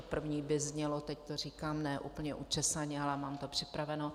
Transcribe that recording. První by znělo teď to říkám ne úplně učesaně, ale mám to připraveno.